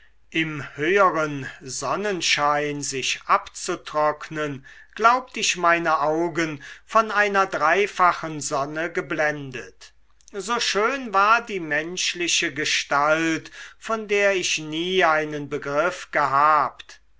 im höheren sonnenschein sich abzutrocknen glaubt ich meine augen vor einer dreifachen sonne geblendet so schön war die menschliche gestalt von der ich nie einen begriff gehabt